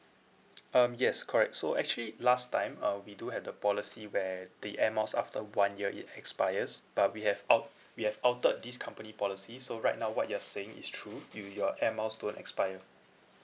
um yes correct so actually last time uh we do have the policy where the air miles after one year it expires but we have alt~ we have altered this company policy so right now what you are saying is true you your air miles don't expire